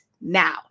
now